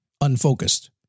unfocused